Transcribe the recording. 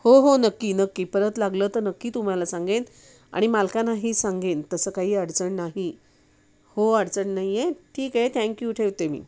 हो हो नक्की नक्की परत लागलं तर नक्की तुम्हाला सांगेन आणि मालकानाही सांगेन तसं काही अडचण नाही हो अडचण नाही आहे ठीक आहे थँक्यू ठेवते मी